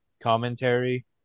commentary